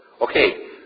Okay